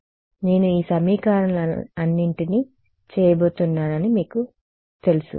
కాబట్టి నేను ఈ సమీకరణలన్నింటికీ చేయబోతున్నానని మీకు తెలుసు